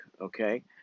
okay